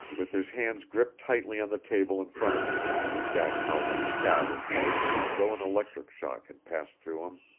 with his hands gripped tightly on the table in front of him jack howland sat as rigid as though an electric shock had passed through him.